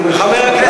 ואז אני,